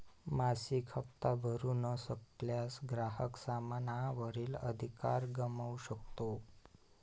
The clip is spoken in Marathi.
मासिक हप्ता भरू न शकल्यास, ग्राहक सामाना वरील अधिकार गमावू शकतो